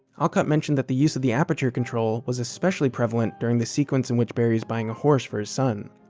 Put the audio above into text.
alcott mentioned that the use of the aperture control was especially prevalent during the sequence in which barry is buying the horse for his son.